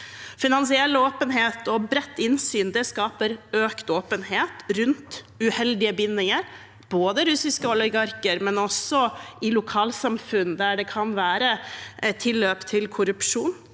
Finansiell åpenhet og bredt innsyn skaper økt åpenhet rundt uheldige bindinger, både med tanke på russiske oligarker og lokalsamfunn der det kan være tilløp til korrupsjon.